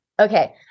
Okay